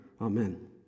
Amen